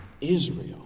Israel